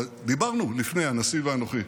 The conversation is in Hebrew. דיברנו לפני כן, הנשיא ואנוכי,